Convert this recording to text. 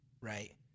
right